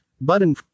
button